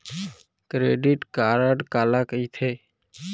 Credit card काला कहिथे?